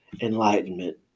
enlightenment